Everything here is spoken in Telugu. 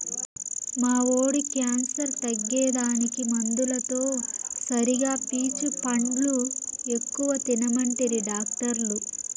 మా వోడి క్యాన్సర్ తగ్గేదానికి మందులతో సరిగా పీచు పండ్లు ఎక్కువ తినమంటిరి డాక్టర్లు